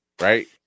Right